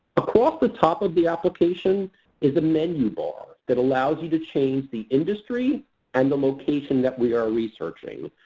across the top of the application is a menu bar that allows you to change the industry and the location that we are researching.